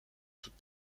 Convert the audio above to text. toute